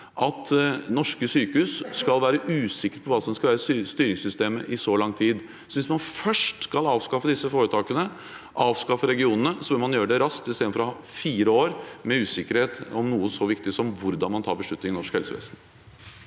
at norske sykehus skal være usikre på hva som skal være styringssystemet i så lang tid. Hvis man først skal avskaffe disse foretakene, avskaffe regionene, bør man gjøre det raskt, i stedet for å ha fire år med usikkerhet om noe så viktig som hvordan man tar beslutninger i norsk helsevesen.